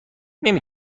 نمی